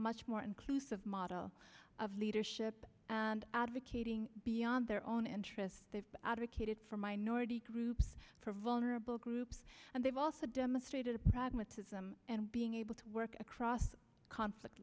much more inclusive model of leadership and advocating beyond their own interests they've advocated for minority groups for vulnerable groups and they've also demonstrated a pragmatism and being able to work across conflict